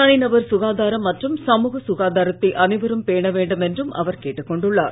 தனிநபர் சுகாதாரம் மற்றும் சமூக சுகாதாரத்தை அனைவரும் பேண வேண்டும் என்றும் அவர் கேட்டுக் கொண்டுள்ளார்